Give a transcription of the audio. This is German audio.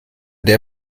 der